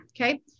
Okay